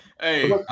Hey